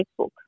Facebook